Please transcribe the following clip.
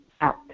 out